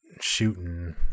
shooting